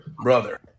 Brother